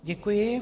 Děkuji.